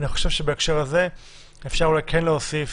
אני חושב שבהקשר אפשר להוסיף